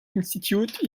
institute